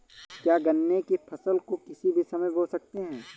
क्या गन्ने की फसल को किसी भी समय बो सकते हैं?